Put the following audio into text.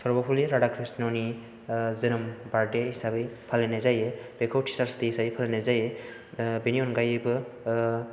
सरबपलि रादाकृष्णनि जोनोम बार्डे हिसाबै फालिनाय जायो बेखौ टिचार्सस डे हिसाबै फालिनाय जायो बिनि अनगायैबो